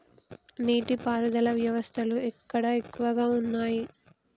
నీటి పారుదల వ్యవస్థలు ఎక్కడ ఎక్కువగా ఉన్నాయి?